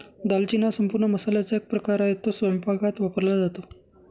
दालचिनी हा संपूर्ण मसाल्याचा एक प्रकार आहे, तो स्वयंपाकात वापरला जातो